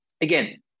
again